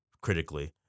critically